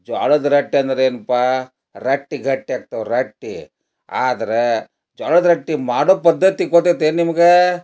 ಜೋಳದ ರೊಟ್ಟಿ ಅಂದ್ರೆ ಏನ್ಪಾ ರಟ್ಟಿ ಗಟ್ಟಿ ಇರ್ತಾವ ರಟ್ಟಿ ಆದರೆ ಜೋಳದ ರೊಟ್ಟಿ ಮಾಡೋ ಪದ್ಧತಿ ಗೊತ್ತೈತೇನು ನಿಮ್ಗೆ